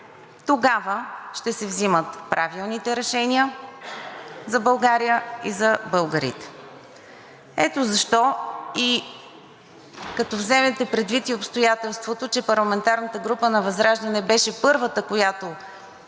тогава ще се взимат правилните решения за България и за българите. Ето защо и като вземете предвид и обстоятелството, че парламентарната група на ВЪЗРАЖДАНЕ беше първата, която